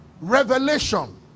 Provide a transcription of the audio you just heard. revelation